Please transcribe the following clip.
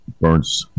Burns